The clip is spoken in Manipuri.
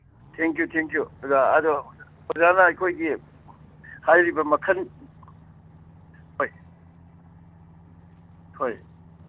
ꯊꯦꯡꯀ꯭ꯌꯨ ꯊꯦꯡꯀ꯭ꯌꯨ ꯑꯣꯖꯥ ꯑꯗꯣ ꯑꯣꯖꯥꯅ ꯑꯩꯈꯣꯏꯒꯤ ꯍꯥꯏꯔꯤꯕ ꯃꯈꯜ ꯍꯣꯏ ꯍꯣꯏ